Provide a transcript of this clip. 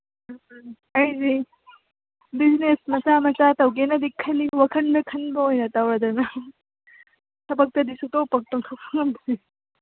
ꯑꯩꯁꯤ ꯕꯤꯖꯤꯅꯦꯁ ꯃꯆꯥ ꯃꯆꯥ ꯇꯧꯒꯦꯅꯗꯤ ꯈꯜꯂꯤ ꯋꯥꯈꯟꯗ ꯈꯟꯕ ꯑꯣꯏꯅ ꯇꯧꯔꯗꯅ ꯊꯕꯛꯇꯗꯤ ꯁꯨꯡꯇꯧ ꯇꯧꯊꯣꯛꯄ ꯉꯝꯗ꯭ꯔꯦ